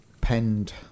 penned